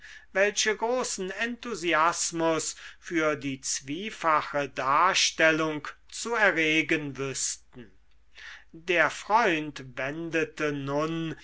welche großen enthusiasmus für die zwiefache darstellung zu erregen wüßten der freund wendete nun